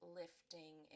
lifting